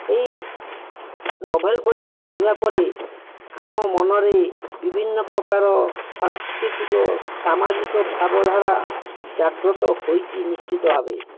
ଏହି ନୋଭେଲ ବହିଟି ପଢ଼ିବା ପରେ ଆମ ମନରେ ବିଭିନ୍ନ ପକାର ସାଂସ୍କୃତିକ ସାମାଜିକ ଭାବଧାରା ଜାଗୃତ ହୋଇଛି ନିଶ୍ଚିତ ଭାବେ